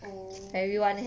oh